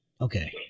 Okay